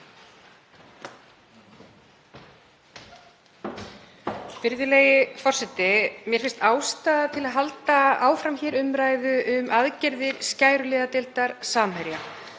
Virðulegi forseti. Mér finnst ástæða til að halda áfram umræðu um aðgerðir skæruliðadeildar Samherja,